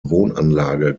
wohnanlage